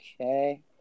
Okay